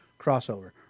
crossover